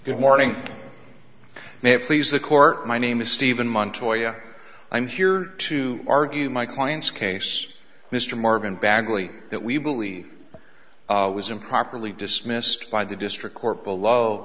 good morning may have please the court my name is steven montoya i'm here to argue my client's case mr marvin bagley that we believe was improperly dismissed by the district court below